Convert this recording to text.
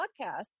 podcast